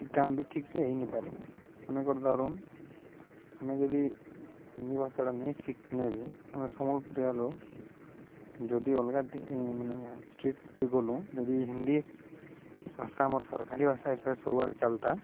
କି କାମ ବି ଠିକ୍ସେ ହେଇ ନାଇଁ ପାରେ ମନେକର ଧର ଆମେ ଯଦି ହିନ୍ଦୀ ଭାଷାଟା ନାଇଁ ଶିଖଲେ ବି ଆମେ ସମ୍ବଲପୁରିଆ ଲୋକ ଯଦି ଅଲଗା ମାନେ ଷ୍ଟେଟ୍କେ ଗଲୁ ଯଦି ହିନ୍ଦୀ ଭାଷା ଆମର ସରକାରୀ ଭାଷା ହିସାବରେ ସବୁଆଡ଼େ ଚାଲତା